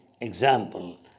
example